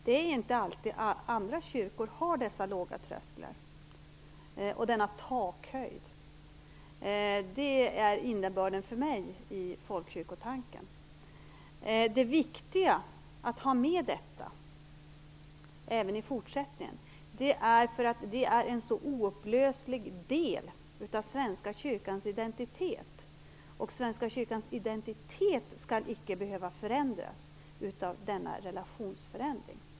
Det är inte alltid så att kyrkor har så låga trösklar och en sådan takhöjd. Det är innebörden för mig i folkkyrkotanken. Det är viktigt att ha detta med även i fortsättningen därför att det är en oupplöslig del av Svenska kyrkans identitet. Svenska kyrkans identitet skall icke behöva förändras av denna relationsförändring.